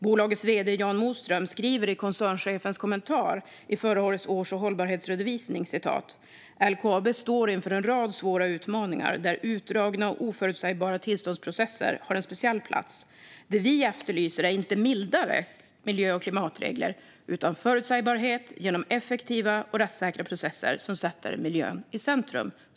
Bolagets vd Jan Moström skriver i koncernchefens kommentar i förra årets års och hållbarhetsredovisning att LKAB står inför en rad svåra utmaningar där utdragna och oförutsägbara tillståndsprocesser har en speciell plats och att det man efterlyser inte är mildare miljö och klimatregler utan förutsägbarhet, genom effektiva och rättssäkra processer som sätter miljön i centrum.